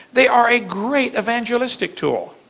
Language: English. they are a great evangelistic tool.